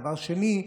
דבר שני,